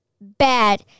bad